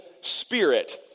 spirit